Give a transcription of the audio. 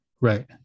Right